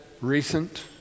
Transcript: recent